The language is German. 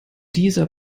dieser